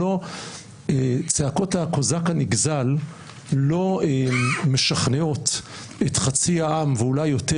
אבל צעקות הקוזק הנגזל לא משכנעות את חצי העם ואולי יותר,